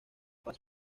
paso